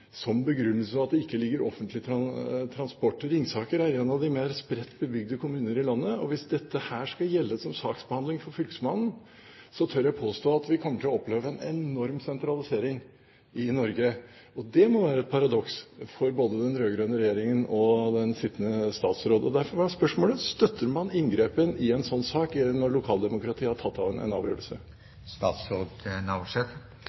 det ikke er offentlig transport. Ringsaker er en av de mer spredt bebygde kommuner i landet. Hvis dette skal gjelde som saksbehandling for fylkesmannen, tør jeg påstå at vi kommer til å oppleve en enorm sentralisering i Norge. Det må være et paradoks for både den rød-grønne regjeringen og den sittende statsråd. Derfor er spørsmålet: Støtter man inngripen i en slik sak når lokaldemokratiet har tatt en avgjørelse? Eg er sjølvsagt oppteken av